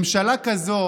ממשלה כזאת,